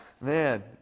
Man